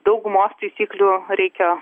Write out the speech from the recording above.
daugumos taisyklių reikia